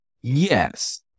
yes